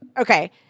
okay